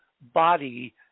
body